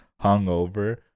hungover